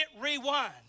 rewind